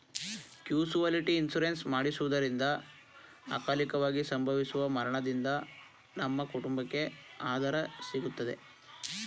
casualty insurance ಮಾಡಿಸುವುದರಿಂದ ಅಕಾಲಿಕವಾಗಿ ಸಂಭವಿಸುವ ಮರಣದಿಂದ ನಮ್ಮ ಕುಟುಂಬಕ್ಕೆ ಆದರೆ ಸಿಗುತ್ತದೆ